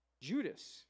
Judas